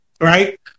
right